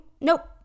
nope